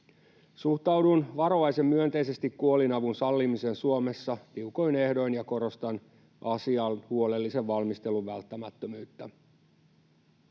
Suhtaudun varovaisen myönteisesti kuolinavun sallimiseen Suomessa tiukoin ehdoin ja korostan asian huolellisen valmistelun välttämättömyyttä.